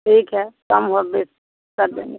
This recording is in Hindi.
ठीक है कम हो बेस कर देंगे